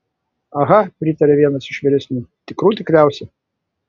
aha pritarė vienas iš vyresnių tikrų tikriausia